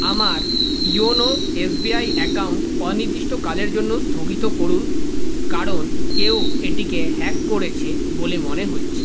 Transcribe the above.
আমার YONO S B I account অনির্দিষ্টকালের জন্য স্থগিত করুন কারণ কেউ এটিকে হ্যাক করেছে বলে মনে হচ্ছে